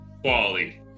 quality